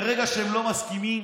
ברגע שהם לא מסכימים,